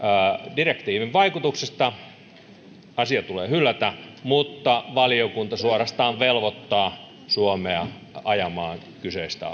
direktiivin vaikutuksesta asia tulee hylätä mutta valiokunta suorastaan velvoittaa suomea ajamaan kyseistä